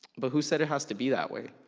but who said it has to be that way?